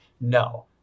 No